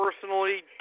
personally